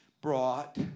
brought